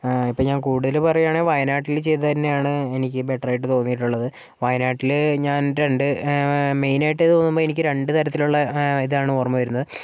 ഇപ്പം ഞാൻ കൂടുതൽ പറയുകയാണെ വായനാട്ടിൽ ചെയ്തത് തന്നെയാണ് എനിക്ക് ബെറ്ററായിട്ട് തോന്നിയിട്ടുള്ളത് വയനാട്ടിൽ ഞാൻ രണ്ട് മെയ്നായിട്ട് തോന്നുമ്പോൾ എനിക്ക് രണ്ട് തരത്തിലുള്ള ഇതാണ് ഓർമ്മ വരുന്നത്